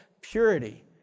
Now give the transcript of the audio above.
purity